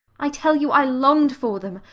i tell you i longed for them,